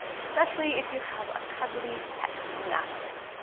especially if you have a cuddly pet to nap with.